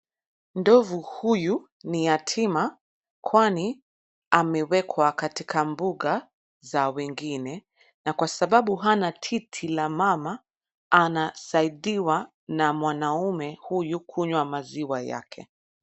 Ndovu huyu ni yatima kwani amewekwa katika mbuga za wengine na kwa sababu hana titi la mama anasaidiwa na mwanaume huyu kunywa maziwa yake.